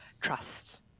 trust